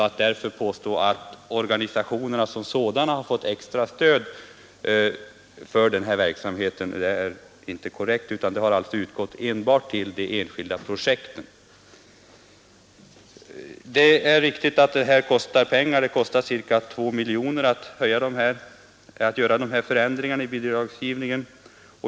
Att därför påstå att organisationerna som sådana har erhållit extra stöd för denna verksamhet är inte korrekt, utan stödet har alltså utgått enbart till de enskilda projekten. Det är riktigt att ungdomsorganisationernas centrala verksamhet kostar pengar — det kostar ca 2 miljoner kronor att vidta dessa förändringar i bidragsgivningen.